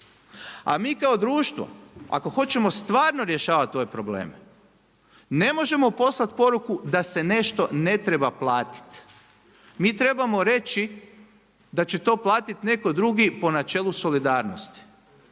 A mi kao društvo, ako hoćemo stvarno rješavati ove probleme, ne možemo poslati poruku da se nešto ne treba platiti. Mi trebamo reći da će to platiti netko drugi po načelu solidarnosti.